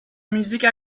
musique